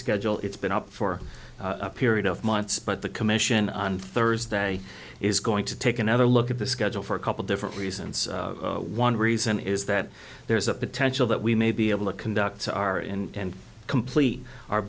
schedule it's been up for a period of months but the commission on thursday is going to take another look at the schedule for a couple different reasons one reason is that there is a potential that we may be able to conduct our and complete our